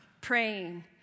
praying